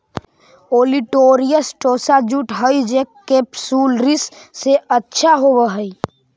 olitorius tossa jute हई जे capsularis से अच्छा होवऽ हई